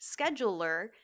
scheduler